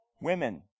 women